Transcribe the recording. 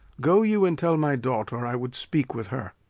go you and tell my daughter i would speak with her.